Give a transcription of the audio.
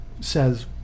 says